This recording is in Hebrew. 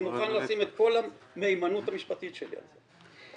אני מוכן לשים את כל המהימנות המשפטית שלי על זה.